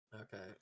Okay